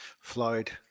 Floyd